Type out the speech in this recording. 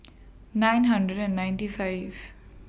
nine hundred and ninety five